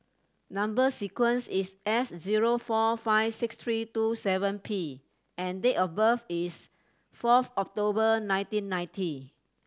number sequence is S zero four five six three two seven P and date of birth is fourth October nineteen ninety